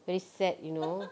very sad you know